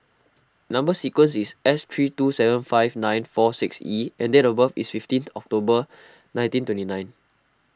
Number Sequence is S three two seven five nine four six E and date of birth is fifteenth October nineteen twenty nine